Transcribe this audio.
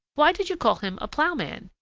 why did you call him a plowman?